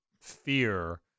fear